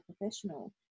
professional